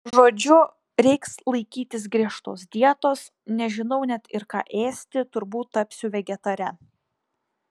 žodžiu reiks laikytis griežtos dietos nežinau net ir ką ėsti turbūt tapsiu vegetare